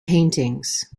paintings